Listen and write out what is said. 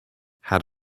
had